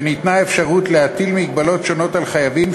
וניתנה האפשרות להטיל מגבלות שונות על חייבים,